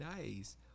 Nice